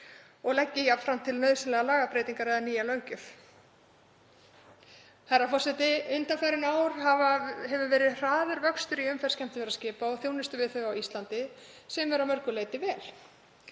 og leggi jafnframt til nauðsynlegar lagabreytingar eða nýja löggjöf.“ Herra forseti. Undanfarin ár hafa hefur verið hraður vöxtur í umferð skemmtiferðaskipa og þjónustu við þau á Íslandi sem er að mörgu leyti vel.